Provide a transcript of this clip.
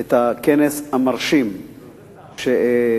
את הכנס המרשים שקיימת,